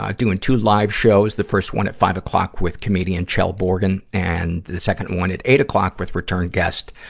ah doing two live shows. the first one at five o'clock with comedian, kjell bjorgen. and, the second one at eight o'clock with return guest,